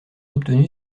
obtenu